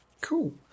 Cool